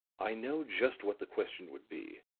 i know just what the question would be,